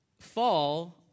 fall